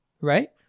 right